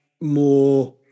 more